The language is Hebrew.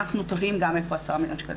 אנחנו תוהים גם איפה ה-10 מיליוני שקלים.